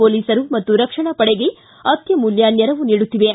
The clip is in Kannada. ಪೊಲೀಸರು ಮತ್ತು ರಕ್ಷಣಾ ಪಡೆಗೆ ಅತ್ತಮೂಲ್ಡ ನೆರವು ನೀಡುತ್ತಿವೆ